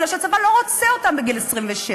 מפני שהצבא לא רוצה אותם בגיל 26,